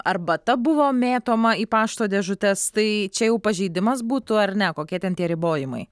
arbata buvo mėtoma į pašto dėžutes tai čia jau pažeidimas būtų ar ne kokie ten tie ribojimai